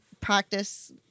practice